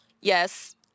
yes